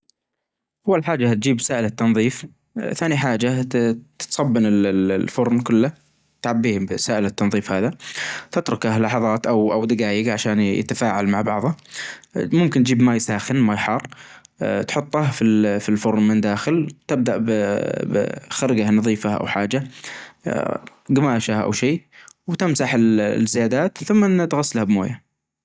الكلب يحتاج تمارين يومية عشان يكون صحي وسعيد بشكل عام يعتمد مجدار التمرين على سلالة الكلب وعمره بس بشكل عام، الكلاب تحتاج من ثلاثين دجيجة إلى ساعة من النشاط البدني يوميًا ممكن تكون تمارين مشي أو لعب في الحديقة الكلاب النشيطة مثل الراعي أو الكلاب الكبيرة يحتاجون وجت أكثر للتحرك التمرين مهم عشان يحافظ على صحتهم الجسدية والعقلية.